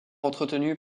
entretenu